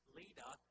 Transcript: leader